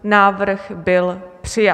Návrh byl přijat.